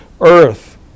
earth